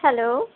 hello